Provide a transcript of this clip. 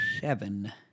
seven